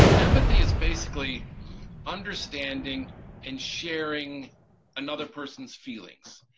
empathy is basically understanding and sharing another person's feelings.